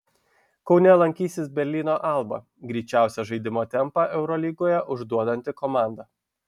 kaune lankysis berlyno alba greičiausią žaidimo tempą eurolygoje užduodanti komanda